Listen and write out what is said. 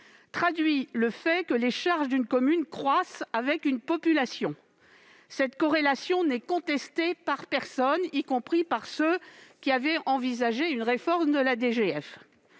traduit le fait que les charges d'une commune croissent avec sa population. Cette corrélation n'est contestée par personne, pas même par ceux qui avaient envisagé une réforme de la DGF.